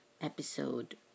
episode